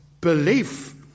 belief